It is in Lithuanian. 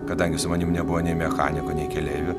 kadangi su manim nebuvo nei mechaniko nei keleivių